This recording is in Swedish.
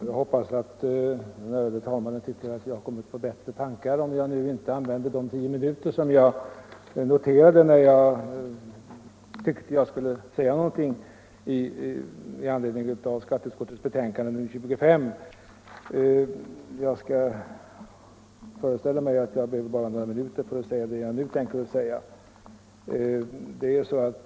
Herr talman! Jag hoppas att den ärade talmannen tycker att jag kommit på bättre tankar om jag nu inte använder de tio minuter som jag antecknade mig för när jag beslutade mig för att delta i debatten om skatteutskottets betänkande nr 25. Jag behöver bara några få minuter för att framföra det jag vill ha sagt.